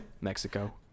Mexico